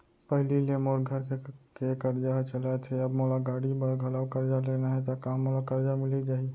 पहिली ले मोर घर के करजा ह चलत हे, अब मोला गाड़ी बर घलव करजा लेना हे ता का मोला करजा मिलिस जाही?